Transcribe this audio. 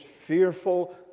fearful